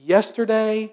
Yesterday